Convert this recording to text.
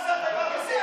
אז בזה אתה מתעסק?